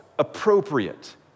appropriate